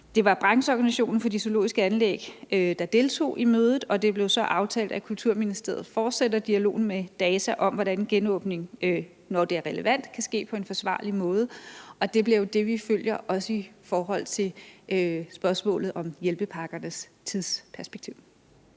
Det var brancheorganisationen for de zoologiske anlæg, der deltog i mødet, og det blev aftalt, at Kulturministeriet fortsætter dialogen med DAZA om, hvordan genåbningen, når det er relevant, kan ske på en forsvarlig måde. Og det bliver jo det, vi følger, også i forhold til spørgsmålet om hjælpepakkernes tidsperspektiv.